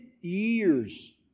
years